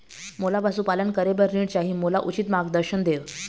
मोला पशुपालन करे बर ऋण चाही, मोला उचित मार्गदर्शन देव?